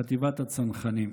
חטיבת הצנחנים.